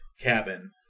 cabin